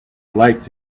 lights